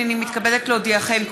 הינני מתכבדת להודיעכם,